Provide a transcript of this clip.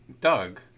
doug